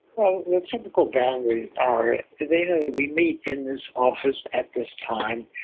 well, the typical boundaries are they know that we meet in this office at this time,